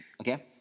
Okay